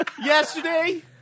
yesterday